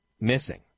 missing